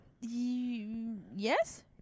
Yes